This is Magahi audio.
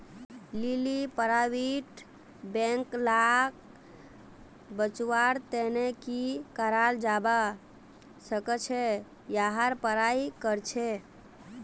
लीली प्राइवेट बैंक लाक बचव्वार तने की कराल जाबा सखछेक यहार पढ़ाई करछेक